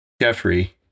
Jeffrey